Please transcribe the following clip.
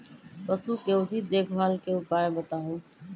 पशु के उचित देखभाल के उपाय बताऊ?